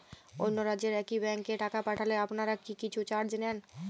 অন্য রাজ্যের একি ব্যাংক এ টাকা পাঠালে আপনারা কী কিছু চার্জ নেন?